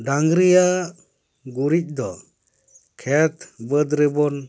ᱰᱟᱹᱝᱨᱤᱭᱟᱜ ᱜᱩᱨᱤᱡ ᱫᱚ ᱠᱷᱮᱛ ᱵᱟᱹᱫᱽ ᱨᱮᱵᱚᱱ